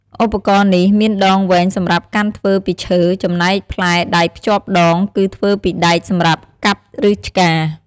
ឧបករណ៍នេះមានដងវែងសម្រាប់កាន់ធ្វើពីឈើ ចំណែកផ្លែដែលភ្ជាប់ដងគឺធ្វើពីដែកសម្រាប់កាប់ឬឆ្ការ។